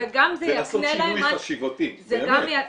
וזה גם יקנה -- זה לעשות שינוי חשיבה, באמת.